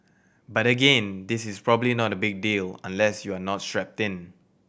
but again this is probably not a big deal unless you are not strapped in